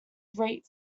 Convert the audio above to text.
great